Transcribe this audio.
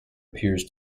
appears